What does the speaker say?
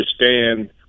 understand